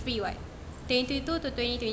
twenty two to twenty twenty three [what]